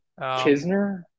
Kisner